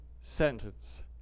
sentence